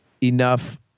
enough